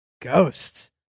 ghosts